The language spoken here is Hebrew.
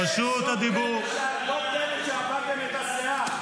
רשות הדיבור -- לא פלא שהגדשתם את הסאה.